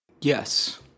Yes